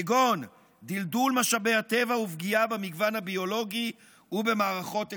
כגון דלדול משאבי הטבע ופגיעה במגוון הביולוגי ובמערכות אקולוגיות".